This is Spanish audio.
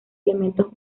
elementos